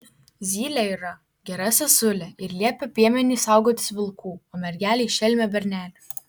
zylė yra gera sesulė ir liepia piemeniui saugotis vilkų o mergelei šelmio bernelio